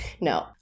no